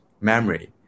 memory